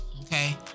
okay